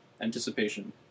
anticipation